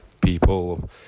people